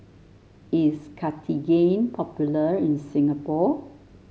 is Cartigain popular in Singapore